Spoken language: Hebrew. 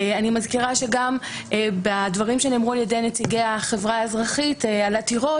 אני מזכירה שגם בדברים שנאמרו על ידי החברה האזרחית על עתירות,